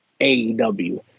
AEW